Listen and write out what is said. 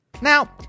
Now